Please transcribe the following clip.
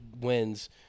wins